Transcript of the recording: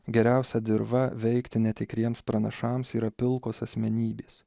geriausia dirva veikti netikriems pranašams yra pilkos asmenybės